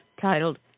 titled